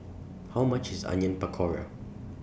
How much IS Onion Pakora